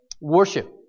Worship